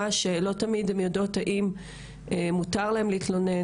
ולא תמיד הן יודעות האם מותר להן להתלונן,